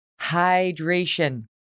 Hydration